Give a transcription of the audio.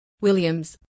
Williams